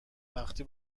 وقتی